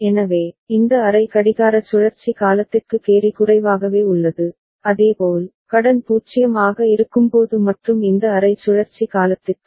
எனவே இந்த அரை கடிகார சுழற்சி காலத்திற்கு கேரி குறைவாகவே உள்ளது அதேபோல் கடன் 0 ஆக இருக்கும்போது மற்றும் இந்த அரை சுழற்சி காலத்திற்கு